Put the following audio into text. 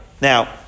Now